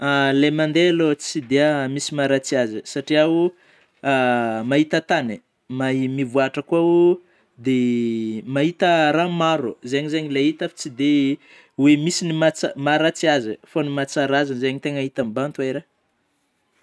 Ilay mandeha alôha; tsy dia misy maharatsy azy satrià oh, mahita tany ma-mivôatra kôa dia mahita raha maro; zay zeigny ilay hita fa tsy de oe misy ny mahatsa-maharatsy azy ôh, fa ny mahatsara azy zeigny tena hita mibahan-toera